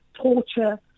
torture